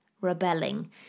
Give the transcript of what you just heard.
rebelling